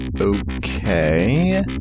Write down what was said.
Okay